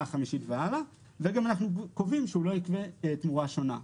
החמישית ואילך ואנחנו גם קובעים שהוא לא יגבה תמורה שונה.